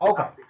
Okay